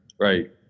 right